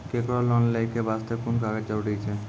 केकरो लोन लै के बास्ते कुन कागज जरूरी छै?